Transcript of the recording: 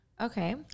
Okay